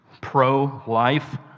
pro-life